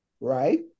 right